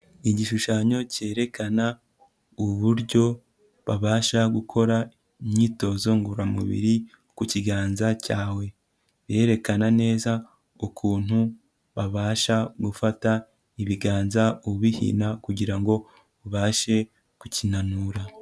Igishushanyo cyerekana uburyo babasha gukora imyitozo ngororamubiri ku kiganza cyawe, birerekana neza ukuntu babasha gufata ibiganza ubihina kugira ngo ubashe kukinanura.